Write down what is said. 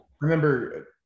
Remember